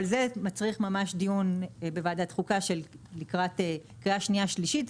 אבל זה מצריך דיון בוועדת החוקה לקראת קריאה שנייה ושלישית.